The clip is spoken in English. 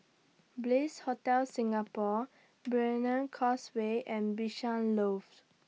Bliss Hotel Singapore Brani Causeway and Bishan Loft